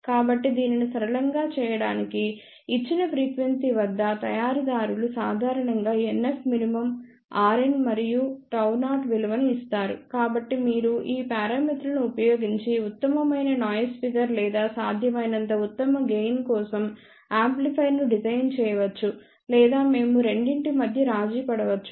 కాబట్టిదీనిని సరళంగా చేయడానికి ఇచ్చిన ఫ్రీక్వెన్సీ వద్ద తయారీదారులు సాధారణంగా NFmin rn మరియు Γ0 విలువలను ఇస్తారు కాబట్టి మీరు ఈ పారామితులను ఉపయోగించి ఉత్తమమైన నాయిస్ ఫిగర్ లేదా సాధ్యమైనంత ఉత్తమమైన గెయిన్ కోసం యాంప్లిఫైయర్ను డిజైన్ చేయవచ్చు లేదా మేము రెండింటి మధ్య రాజీపడవచ్చు